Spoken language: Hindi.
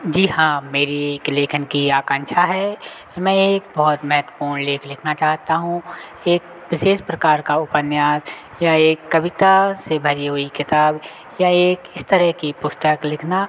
जी हाँ मेरी एक लेखन की आकांक्षा है मैं एक बहुत महत्वपूर्ण लेख लिखना चाहता हूँ एक विशेष प्रकार का उपन्यास या एक कविता से भरी हुई किताब या एक इस तरह की पुस्तक लिखना